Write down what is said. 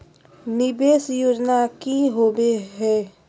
निवेस योजना की होवे है?